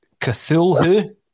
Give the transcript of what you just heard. Cthulhu